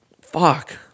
Fuck